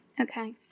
Okay